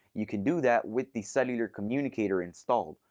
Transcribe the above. you can do that with the cellular communicator installed.